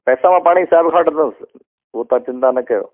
पैसा मां पाण ई हिसाब सां वठंदुसि उहो तव्हां चिंता न कयो